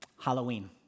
Halloween